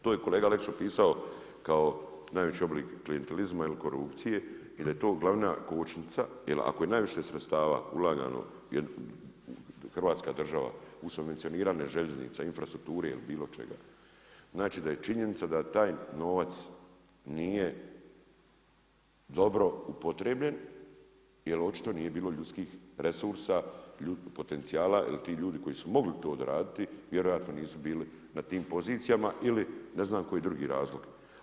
To je kolega Aleksić opisao kao najveći oblik klijentelizma i korupcije i da je to glavna kočnica jer ako je najviše sredstava ulagano, hrvatska država u subvencionirane željeznice, infrastrukture ili bilo čega znači da je činjenica da taj novac nije dobro upotrebljen jer očito nije bilo ljudskih resursa, potencijala jer ti ljudi koji su mogli to odraditi vjerojatno nisu bili na tim pozicijama ili ne znam koji je drugi razlog.